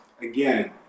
again